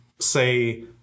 say